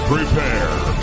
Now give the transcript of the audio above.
Prepare